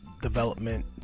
development